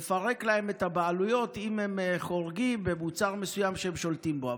לפרק להם את הבעלויות אם הם חורגים במוצר מסוים שהם שולטים בו.